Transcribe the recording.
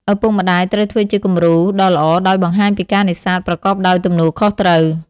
ឪពុកម្តាយត្រូវធ្វើជា គំរូ ដ៏ល្អដោយបង្ហាញពីការនេសាទប្រកបដោយទំនួលខុសត្រូវ។